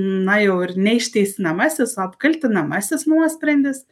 na jau ir ne išteisinamasis o apkaltinamasis nuosprendis